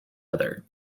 other